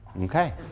Okay